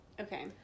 Okay